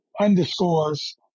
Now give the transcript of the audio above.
underscores